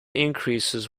increases